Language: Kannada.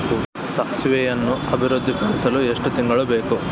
ಸಾಸಿವೆಯನ್ನು ಅಭಿವೃದ್ಧಿಪಡಿಸಲು ಎಷ್ಟು ತಿಂಗಳು ಬೇಕು?